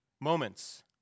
moments